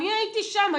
אני הייתי שם,